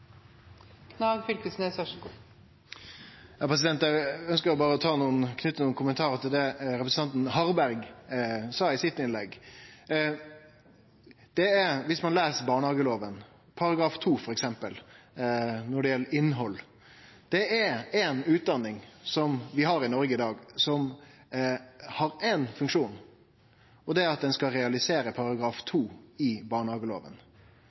Harberg sa i sitt innlegg. Viss ein les barnehagelova – f.eks. § 2 – når det gjeld innhald: Det er ei utdanning som vi har i Noreg i dag, som har éin funksjon, og det er at ho skal realisere § 2 i